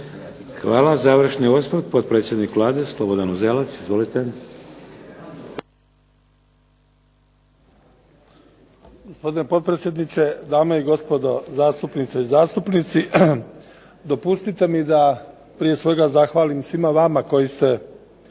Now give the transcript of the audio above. Hvala. Završni osvrt, potpredsjednik Vlade Slobodan Uzelac. Izvolite. **Uzelac, Slobodan (SDSS)** Gospodine potpredsjedniče, dame i gospodo, zastupnice i zastupnici. Dopustite mi da prije svega zahvalim svima vama koji ste